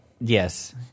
Yes